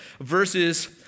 verses